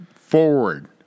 forward